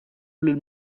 lill